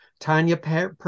tanya